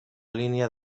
línia